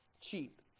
cheap